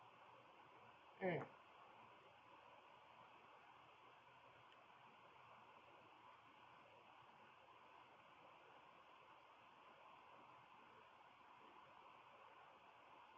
mm